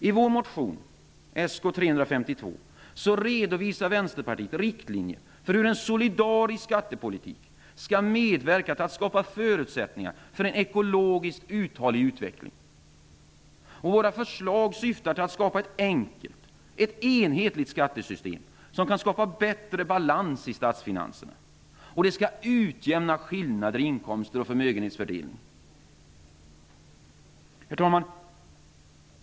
I vår motion Sk352 redovisar vi i Vänsterpartiet riktlinjer för hur en solidarisk skattepolitik skall medverka till att förutsättningar skapas för en ekologiskt uthållig utveckling. Våra förslag syftar till att skapa ett enkelt och enhetligt skattesystem som kan åstadkomma bättre balans i statsfinanserna och utjämna skillnader i inkomster och förmögenhetsfördelning. Herr talman!